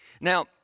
Now